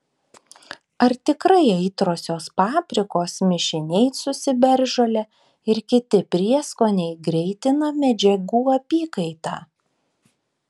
ar tikrai aitriosios paprikos mišiniai su ciberžole ir kiti prieskoniai greitina medžiagų apykaitą